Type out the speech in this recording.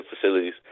facilities